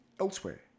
elsewhere